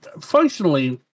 functionally